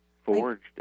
Forged